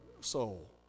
soul